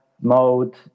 Mode